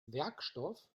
werkstoff